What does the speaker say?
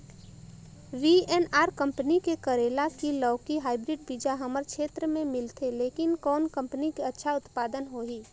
VNR company के करेला की लौकी हाईब्रिड बीजा हमर क्षेत्र मे मिलथे, लेकिन कौन कंपनी के अच्छा उत्पादन होही?